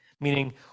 Meaning